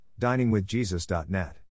DiningWithJesus.net